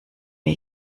wir